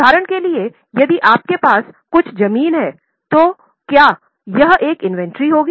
उदाहरण के लिए यदि आप के पास कुछ ज़मीन हैं तो क्या यह एक इन्वेंट्री होगी